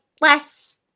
less